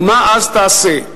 ומה אז תעשה?